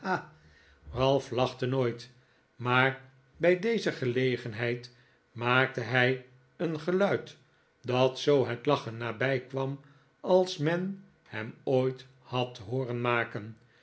ralph lachte nooit maar bij deze gelegenheid maakte hij een geluid dat zoo het laehen nabijkwam als men hem ooit had hooren maken